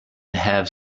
have